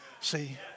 See